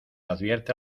advierte